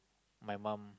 my mum